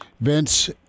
Vince